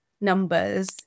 numbers